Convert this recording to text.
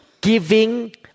giving